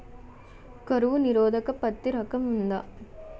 కరువు నిరోధక పత్తి రకం ఉందా?